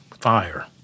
fire